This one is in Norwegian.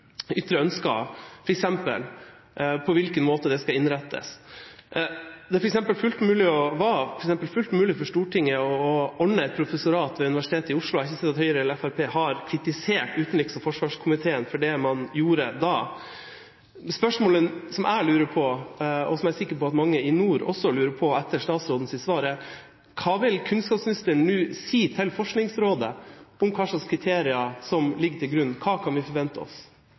ytres ønsker f.eks. om på hvilken måte det skal innrettes. Det var f.eks. fullt mulig for Stortinget å ordne et professorat ved Universitetet i Oslo. Jeg har ikke sett at Høyre eller Fremskrittspartiet har kritisert utenriks- og forsvarskomiteen for det man gjorde da. Spørsmålet som jeg lurer på, og som jeg er sikker på at mange i nord også lurer på etter statsrådens svar, er: Hva vil kunnskapsministeren nå si til Forskningsrådet om hva slags kriterier som ligger til grunn? Hva kan vi forvente oss?